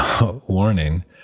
warning